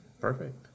Perfect